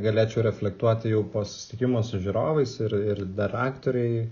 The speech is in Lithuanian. galėčiau reflektuoti jau po susitikimo su žiūrovais ir ir dar aktoriai